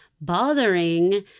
bothering